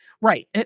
Right